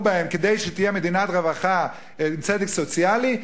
בהם כדי שתהיה מדינת רווחה עם צדק סוציאלי,